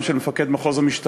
וגם של מפקד מחוז המשטרה,